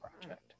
Project